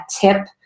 tip